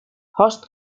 horst